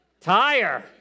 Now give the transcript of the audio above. Tire